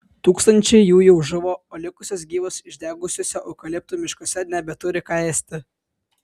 tūkstančiai jų jau žuvo o likusios gyvos išdegusiuose eukaliptų miškuose nebeturi ką ėsti